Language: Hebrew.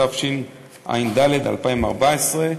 התשע"ד 2014,